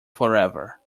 forever